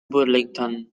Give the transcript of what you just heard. burlington